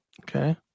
Okay